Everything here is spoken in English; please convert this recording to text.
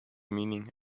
meaning